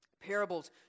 Parables